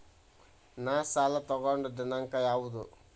ನಾ ಸಾಲ ತಗೊಂಡು ದಿನಾಂಕ ಯಾವುದು?